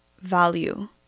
value